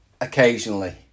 occasionally